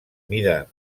mida